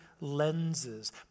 lenses